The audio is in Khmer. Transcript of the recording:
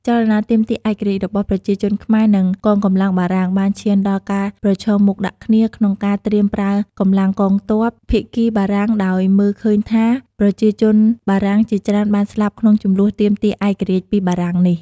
ចលនាទាមឯករាជ្យរបស់ប្រជាជនខ្មែរ និង កងកម្លាំងបារាំង បានឈានដល់ការប្រឈមុខដាក់គ្នា ក្នុងការត្រៀមប្រើកម្លាំងកងទ័ព ភាគីបារាំងដោយមើលឃើញថា ប្រជាជនបារាំងជាច្រើនបានស្លាប់ក្នុងជម្លោះទាមទារឯករាជ្យពីបារាំងនេះ។